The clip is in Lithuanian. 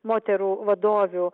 moterų vadovių